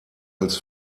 als